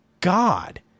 God